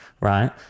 right